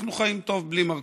אנחנו חיים טוב בלי מרכולים.